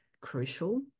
crucial